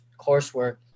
coursework